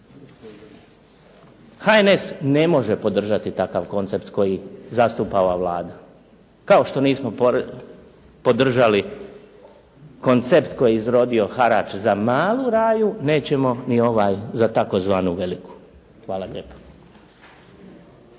HNS ne može podržati takav koncept koji zastupa ova Vlada, kao što nismo podržali koncept koji je ishodio harač za malu raju nećemo ni ovaj za tzv. Veliku. Hvala lijepa.